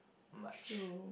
much